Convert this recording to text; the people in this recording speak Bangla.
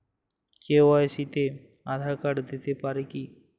কে.ওয়াই.সি তে আধার কার্ড দিতে পারি কি?